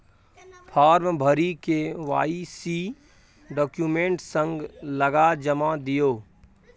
farm भरि KYC document संग लगा जमा दियौ